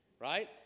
right